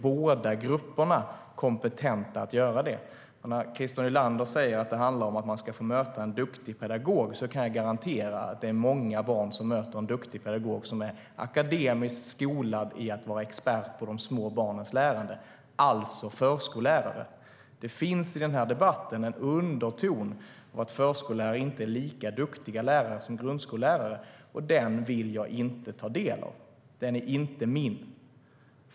Båda grupperna är kompetenta att göra det.I den här debatten finns undertonen att förskollärare inte skulle vara lika duktiga lärare som grundskollärare. Den vill jag inte ta del av. Den är inte min.